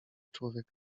człowiek